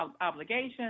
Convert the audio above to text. obligations